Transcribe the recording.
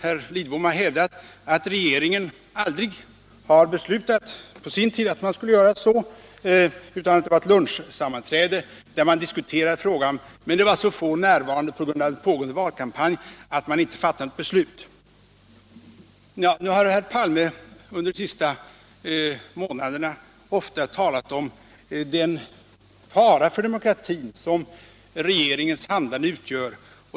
Herr Lidbom har hävdat att den förra regeringen aldrig har fattat beslut till förmån för ett sådant medlemskap. Man hade endast diskuterat frågan vid ett lunchsammanträde, men på grund av pågående valkampanj var det så få närvarande att man inte fattade något beslut. Nu har herr Palme under de senaste månaderna ofta talat om den fara för demokratin som den nya regeringens handlande utgör.